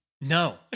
no